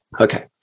Okay